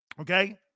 Okay